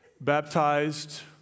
baptized